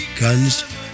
Guns